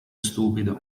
stupido